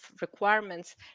requirements